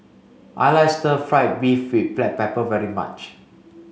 I like stir fried beef with black pepper very much